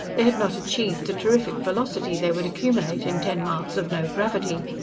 they had not achieved the terrific velocity they would accumulate in ten miles of no-gravity.